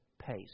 pace